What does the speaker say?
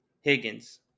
Higgins